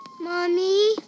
Mommy